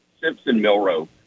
Simpson-Milrow